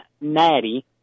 Natty